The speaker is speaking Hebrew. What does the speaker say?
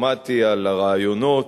שמעתי על הרעיונות,